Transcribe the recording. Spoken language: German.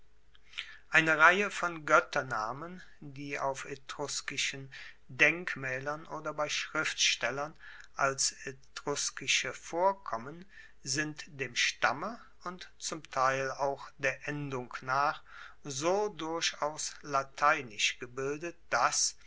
eine reihe von goetternamen die auf etruskischen denkmaelern oder bei schriftstellern als etruskische vorkommen sind dem stamme und zum teil auch der endung nach so durchaus lateinisch gebildet dass